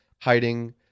hiding